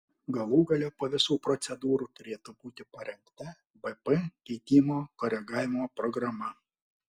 galų gale po visų procedūrų turėtų būti parengta bp keitimo koregavimo programa